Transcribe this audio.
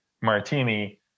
martini